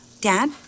Dad